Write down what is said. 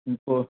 କୁହ